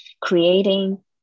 creating